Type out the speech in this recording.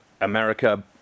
America